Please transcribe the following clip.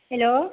hello